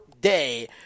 day